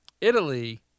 Italy